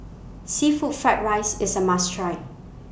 Seafood Fried Rice IS A must Try